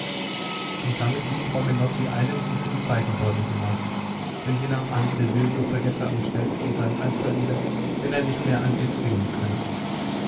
und damit lief frau menotti eilends unter die feigenbäume hinaus denn sie nahm an der silvio vergesse am schnellsten seinen einfall wieder wenn er nicht mehr an ihr zwingen könne